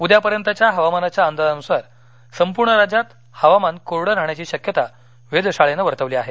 उद्यापर्यंतच्या हवामानाच्या अंदाजानुसार संपूर्ण राज्यात हवामान कोरड राहण्याची शक्यता वेधशाळेनं वर्तवली आहे